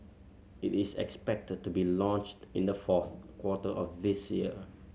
it is expected to be launched in the fourth quarter of this year